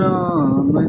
Ram